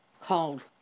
called